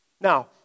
Now